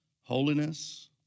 Holiness